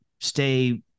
stay